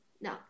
no